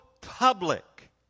public